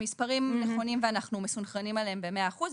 המספרים נכונים ואנחנו מסונכרנים עליהם במאה אחוז.